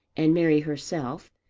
and mary herself,